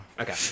Okay